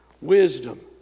Wisdom